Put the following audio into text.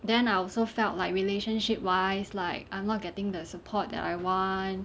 then I also felt like relationship wise like I'm not getting the support that I want